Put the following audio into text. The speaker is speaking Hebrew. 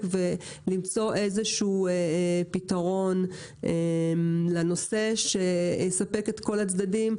ולמצוא איזשהו פתרון לנושא שיספק את כל הצדדים.